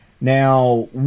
Now